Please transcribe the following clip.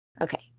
Okay